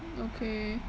okay